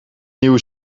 nieuwe